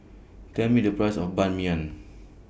Tell Me The Price of Ban Mian